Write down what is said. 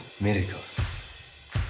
Miracles